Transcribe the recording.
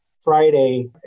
Friday